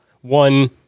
one